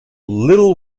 little